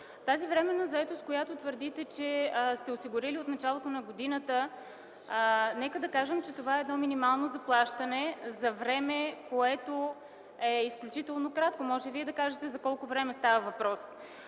Тази временна заетост, която твърдите, че сте осигурили от началото на годината, нека да кажем, че това е едно минимално заплащане за време, което е изключително кратко. Може Вие да кажете за колко време става въпрос.